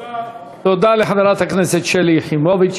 תודה לחברת הכנסת שלי יחימוביץ.